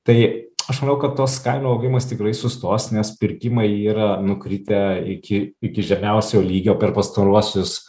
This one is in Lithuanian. tai aš manau kad tos kainų augimas tikrai sustos nes pirkimai yra nukritę iki iki žemiausio lygio per pastaruosius